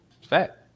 Fact